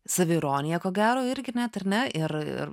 saviironija ko gero irgi net ar ne ir